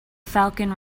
falcon